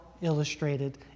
illustrated